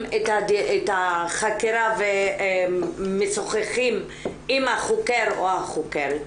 את החקירה ומשוחחים עם החוקר או החוקרת.